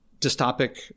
dystopic